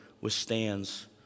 withstands